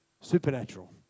supernatural